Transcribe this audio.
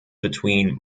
between